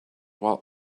while